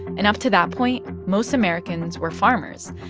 and up to that point, most americans were farmers.